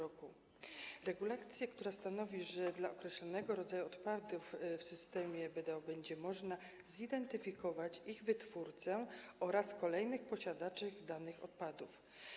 Dodano regulację, która stanowi, że dla określonego rodzaju odpadów w systemie BDO będzie można zidentyfikować ich wytwórcę oraz kolejnych posiadaczy danych odpadów.